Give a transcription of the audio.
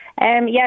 Yes